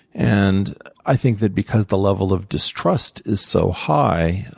and i think that because the level of distrust is so high